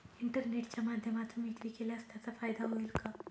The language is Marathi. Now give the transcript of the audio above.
इंटरनेटच्या माध्यमातून विक्री केल्यास त्याचा फायदा होईल का?